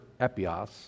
epios